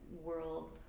world